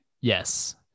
Yes